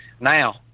Now